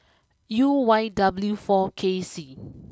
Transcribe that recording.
U Y W four K C